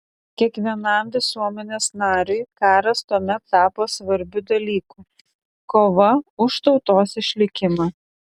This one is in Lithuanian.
kiekvienam visuomenės nariui karas tuomet tapo svarbiu dalyku kova už tautos išlikimą